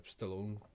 Stallone